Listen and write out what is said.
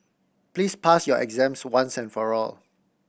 please pass your exams once and for all